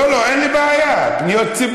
לא, לא, אין לי בעיה, פניות ציבור.